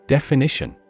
Definition